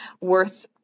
worth